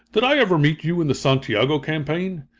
did i ever meet you in the santiago campaign?